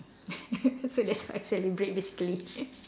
so that's why I celebrate basically